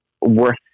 worth